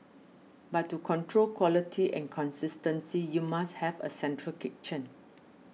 but to control quality and consistency you must have a central kitchen